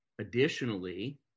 Additionally